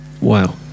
wow